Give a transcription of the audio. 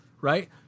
right